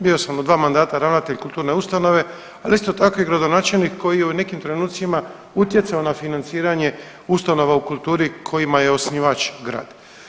Bio sam u dva mandata ravnatelj kulturne ustanove, ali isto tako i gradonačelnik koji je u nekim trenucima utjecao na financiranje ustanova u kulturi kojima je osnivač grad.